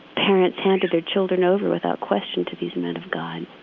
parents handed their children over without question to these men of god.